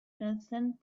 transcend